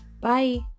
Bye